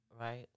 Right